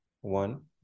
one